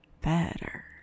Better